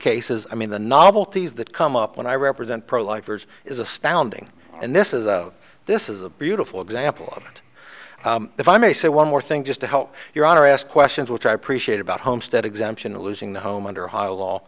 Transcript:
cases i mean the novelties that come up when i represent pro lifers is astounding and this is this is a beautiful example of if i may say one more thing just to help your honor ask questions which i appreciate about homestead exemption losing the home under ohio law